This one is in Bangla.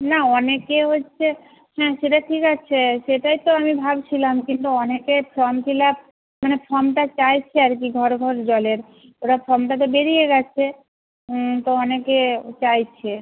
না অনেকে হচ্ছে হ্যাঁ সেটা ঠিক আছে সেটাই তো আমি ভাবছিলাম কিন্তু অনেকের ফর্ম ফিল আপ মানে ফর্মটা চাইছে আর কি ঘর ঘর জলের এবার ফর্মটা তো বেরিয়ে গেছে তো অনেকে চাইছে